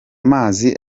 mazi